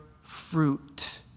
fruit